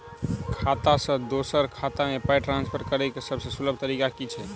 खाता सँ दोसर खाता मे पाई ट्रान्सफर करैक सभसँ सुलभ तरीका की छी?